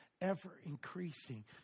ever-increasing